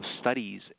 studies